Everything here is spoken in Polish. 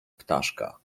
ptaszka